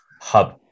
hub